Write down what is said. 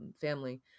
family